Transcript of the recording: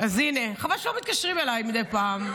אז הינה, חבל שלא מתקשרים אליי מדי פעם.